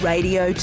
Radio